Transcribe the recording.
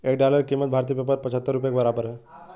एक डॉलर की कीमत भारतीय पेपर पचहत्तर रुपए के बराबर है